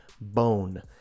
Bone